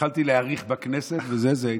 התחלתי להעריך בכנסת זה איתן.